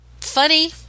funny